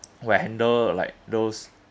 like handle like those